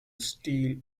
steel